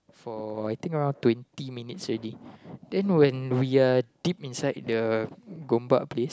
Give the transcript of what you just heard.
for I think around twenty minutes already then when we are deep inside the Gombak place